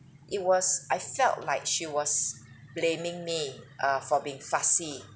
it was I felt like she was blaming me uh for being fussy